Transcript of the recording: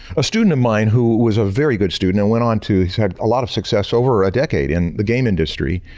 a student of mine who was a very good student and went on to he's had a lot of success over a decade in the game industry.